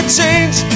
change